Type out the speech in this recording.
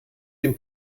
dem